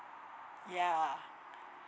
ya